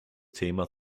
thema